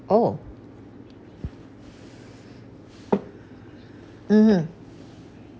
oh mmhmm